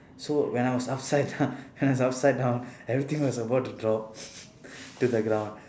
so when I was upside down when I was upside down everything was about to drop to the ground